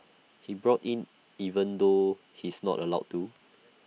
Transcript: he bought in even though he's not allowed to